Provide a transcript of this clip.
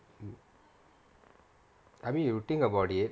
mm I mean if you think about it